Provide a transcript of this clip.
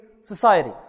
society